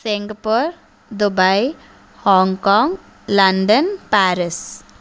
Singapore Dubai Hong Kong London Paris